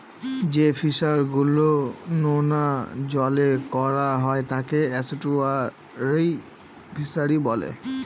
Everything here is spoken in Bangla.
যে ফিশারি গুলো নোনা জলে করা হয় তাকে এস্টুয়ারই ফিশারি বলে